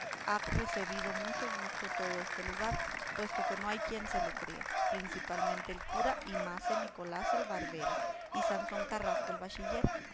ha recebido mucho gusto todo este lugar puesto que no hay quien lo crea principalmente el cura y mase nicolás el barbero y sansón carrasco el bachiller